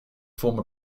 former